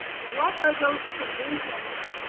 what are those provisions?